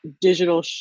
digital